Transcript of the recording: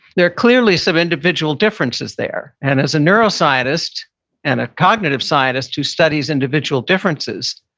there are clearly some individual differences there. and as a neuroscientist and a cognitive scientist who studies individual differences,